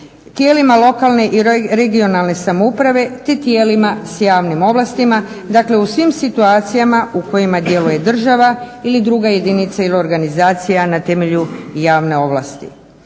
tijelima lokalne i regionalne samouprave te tijelima s javnim ovlastima. Dakle u svim situacijama u kojima djeluje država ili druga jedinica ili organizacija na temelju javne ovlasti.